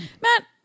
matt